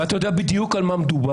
-- ואתה יודע בדיוק על מה מדובר.